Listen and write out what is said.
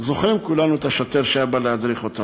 זוכרים כולנו את השוטר שהיה בא להדריך אותנו.